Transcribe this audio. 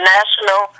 National